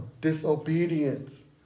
disobedience